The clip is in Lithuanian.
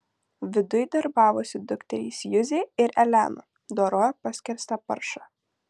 viduj darbavosi dukterys juzė ir elena dorojo paskerstą paršą